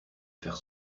faire